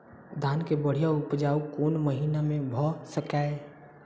धान केँ बढ़िया उपजाउ कोण महीना मे भऽ सकैय?